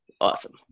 Awesome